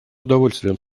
удовольствием